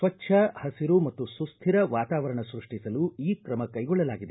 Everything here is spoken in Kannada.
ಸ್ವಚ್ಚ ಹಸಿರು ಮತ್ತು ಸುಖ್ಯರ ವಾತಾವರಣ ಸೃಷ್ಷಿಸಲು ಈ ತ್ರಮ ಕೈಗೊಳ್ದಲಾಗಿದೆ